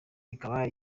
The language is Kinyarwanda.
ikaba